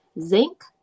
Zinc